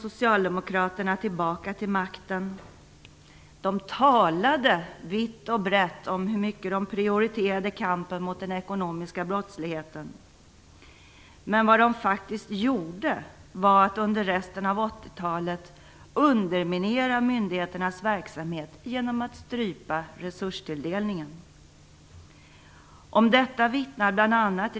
De talade vitt och brett om hur mycket de prioriterade kampen mot den ekonomiska brottsligheten. Men vad de faktiskt gjorde var att under resten av 80-talet underminera myndigheternas verksamhet genom att strypa resurstilldelningen. Om detta vittnar bl.a.